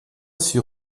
sur